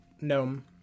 gnome